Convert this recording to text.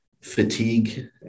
fatigue